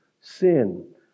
Sin